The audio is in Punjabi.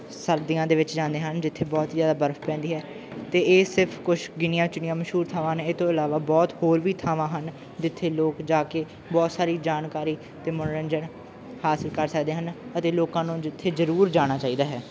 ਸਰਦੀਆਂ ਦੇ ਵਿੱਚ ਜਾਂਦੇ ਹਨ ਜਿੱਥੇ ਬਹੁਤ ਜ਼ਿਆਦਾ ਬਰਫ਼ ਪੈਂਦੀ ਹੈ ਅਤੇ ਇਹ ਸਿਰਫ਼ ਕੁਝ ਗਿਣੀਆਂ ਚੁਣੀਆਂ ਮਸ਼ਹੂਰ ਥਾਵਾਂ ਨੇ ਇਹ ਤੋਂ ਇਲਾਵਾ ਬਹੁਤ ਹੋਰ ਵੀ ਥਾਵਾਂ ਹਨ ਜਿੱਥੇ ਲੋਕ ਜਾ ਕੇ ਬਹੁਤ ਸਾਰੀ ਜਾਣਕਾਰੀ ਅਤੇ ਮਨੋਰੰਜਨ ਹਾਸਿਲ ਕਰ ਸਕਦੇ ਹਨ ਅਤੇ ਲੋਕਾਂ ਨੂੰ ਜਿੱਥੇ ਜ਼ਰੂਰ ਜਾਣਾ ਚਾਹੀਦਾ ਹੈ